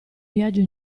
viaggio